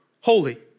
holy